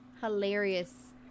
hilarious